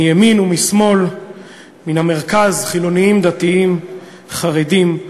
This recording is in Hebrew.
מימין ומשמאל ומן המרכז, חילונים, דתיים, חרדים,